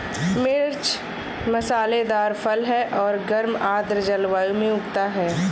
मिर्च मसालेदार फल है और गर्म आर्द्र जलवायु में उगता है